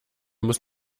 muss